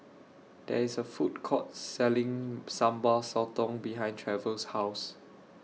There IS A Food Court Selling Sambal Sotong behind Trevor's House